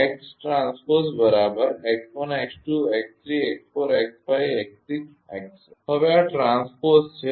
કહો કે હવે આ ટ્રાન્સપોઝ છે